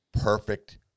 perfect